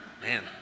Man